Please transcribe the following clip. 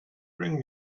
bring